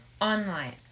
online